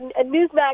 Newsmax